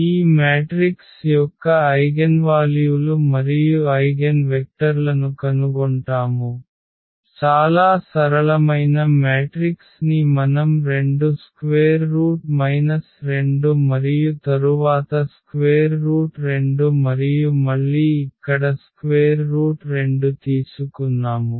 ఈ మ్యాట్రిక్స్ యొక్క ఐగెన్వాల్యూలు మరియు ఐగెన్వెక్టర్లను కనుగొంటాము చాలా సరళమైన మ్యాట్రిక్స్ ని మనం 2 స్క్వేర్ రూట్ మైనస్ 2 మరియు తరువాత స్క్వేర్ రూట్ 2 మరియు మళ్ళీ ఇక్కడ స్క్వేర్ రూట్ 2 తీసుకున్నాము